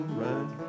right